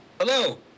Hello